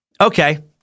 Okay